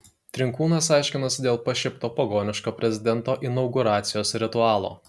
trinkūnas aiškinosi dėl pašiepto pagoniško prezidento inauguracijos ritualo